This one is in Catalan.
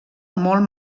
molt